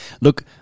Look